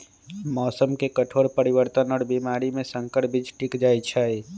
मौसम के कठोर परिवर्तन और बीमारी में संकर बीज टिक जाई छई